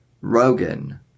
Rogan